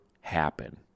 happen